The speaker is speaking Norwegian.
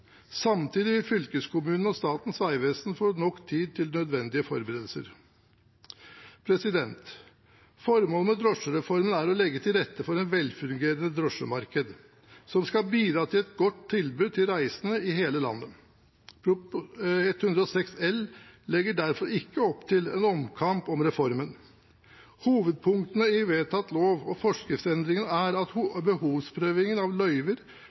samtidig som fylkeskommunen og Statens vegvesen får nok tid til nødvendige forberedelser. Formålet med drosjereformen er å legge til rette for et velfungerende drosjemarked som skal bidra til et godt tilbud til reisende i hele landet. Prop. 106 L for 2019–2020 legger derfor ikke opp til en omkamp om reformen. Hovedpunktene i vedtatt lov og forskriftsendringen er at behovsprøvingen av løyver